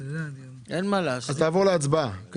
תעבור להצבעה.